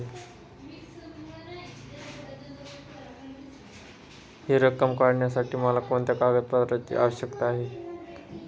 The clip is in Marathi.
हि रक्कम काढण्यासाठी मला कोणत्या कागदपत्रांची आवश्यकता आहे?